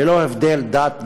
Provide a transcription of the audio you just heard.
ללא הבדל דת,